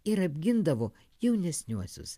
ir apgindavo jaunesniuosius